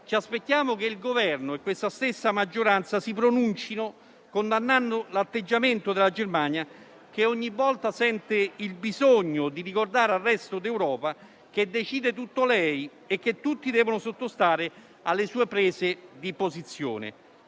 ci aspettiamo che il Governo e la stessa maggioranza si pronuncino condannando l'atteggiamento della Germania che ogni volta sente il bisogno di ricordare al resto d'Europa che decide tutto lei e che tutti devono sottostare alle sue prese di posizione,